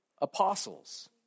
apostles